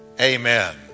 Amen